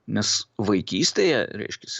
nes vaikystėje reiškiasi